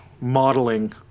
modeling